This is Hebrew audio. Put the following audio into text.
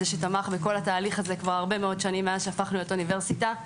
שתמך בתהליך הזה הרבה שנים מאז שהפך להיות אוניברסיטה.